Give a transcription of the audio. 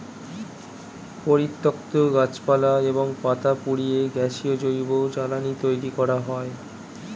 পরিত্যক্ত গাছপালা এবং পাতা পুড়িয়ে গ্যাসীয় জৈব জ্বালানি তৈরি করা হয়